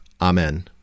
Amen